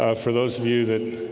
ah for those of you that